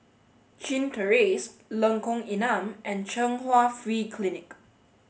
Chin Terrace Lengkong Enam and Chung Hwa Free Clinic